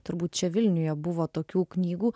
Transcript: turbūt čia vilniuje buvo tokių knygų